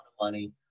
money